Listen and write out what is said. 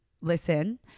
listen